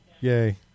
Yay